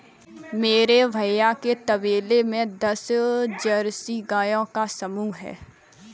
मेरे भैया के तबेले में दस जर्सी गायों का समूह हैं